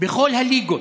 בכל הליגות,